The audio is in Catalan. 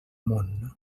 món